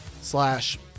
slash